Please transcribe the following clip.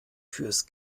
fürs